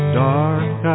dark